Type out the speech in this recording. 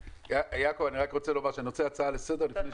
אני רק רוצה להגיד שאני רוצה הצעה לסדר-היום.